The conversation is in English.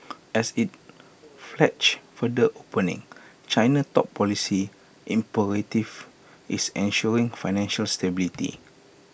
as IT pledges further opening China's top policy imperative is ensuring financial stability